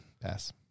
pass